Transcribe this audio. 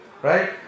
right